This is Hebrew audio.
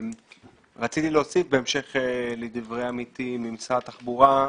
רציתי להוסיף בהמשך לדברי עמיתי ממשרד התחבורה,